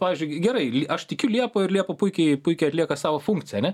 pavyzdžiui gerai aš tikiu liepa ir liepa puikiai puikiai atlieka savo funkciją ane